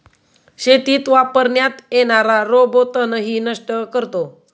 शेतीत वापरण्यात येणारा रोबो तणही नष्ट करतो